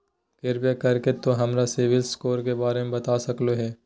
कृपया कर के तों हमर सिबिल स्कोर के बारे में बता सकलो हें?